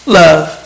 love